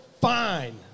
fine